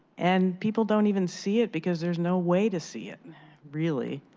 and people don't even see it because there is no way to see it really.